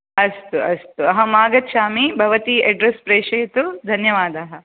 अस्तु अस्तु अहम् आगच्छामि भवती एड्रेस् प्रेषयतु धन्यवादः